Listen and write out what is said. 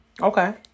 Okay